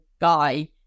guy